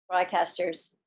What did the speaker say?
broadcasters